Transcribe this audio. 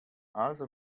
also